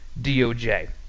DOJ